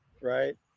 right